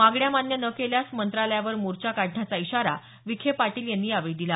मागण्या मान्य न केल्यास मंत्रालयावर मोर्चा काढण्याचा इशारा विखे पाटील यांनी यावेळी दिला